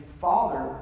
father